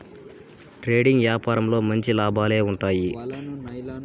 trading యాపారంలో మంచి లాభాలే ఉంటాయి